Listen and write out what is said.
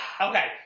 Okay